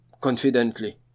confidently